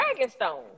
Dragonstone